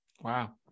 Wow